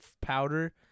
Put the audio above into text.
powder